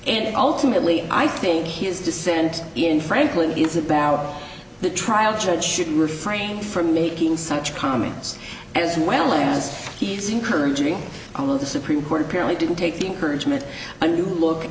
and ultimately i think his dissent in franklin is a barrel the trial judge should refrain from making such comments as well as he's encouraging all of the supreme court apparently didn't take the encouragement a new look